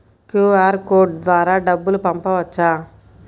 QR code ద్వారా డబ్బులు పంపవచ్చా?